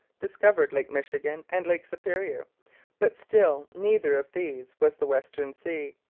discovered lake michigan and lake superior but still neither of these was the western sea.